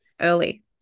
early